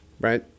Right